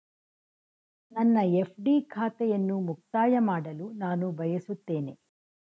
ನನ್ನ ಎಫ್.ಡಿ ಖಾತೆಯನ್ನು ಮುಕ್ತಾಯ ಮಾಡಲು ನಾನು ಬಯಸುತ್ತೇನೆ